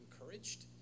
encouraged